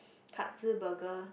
Katsu burger